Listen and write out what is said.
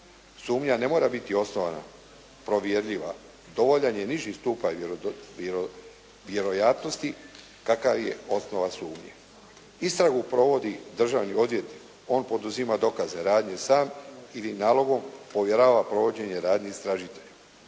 Sumnja ne mora biti osnovana, provjerljiva. Dovoljan je niži stupanj vjerojatnosti kakav je osnova sumnje. Istragu provodi državni odvjetnik. On poduzima dokazne radnje sam ili nalogom povjerava provođenje radnje istražitelju.